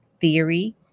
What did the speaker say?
theory